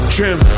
Trim